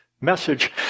message